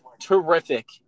terrific